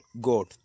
God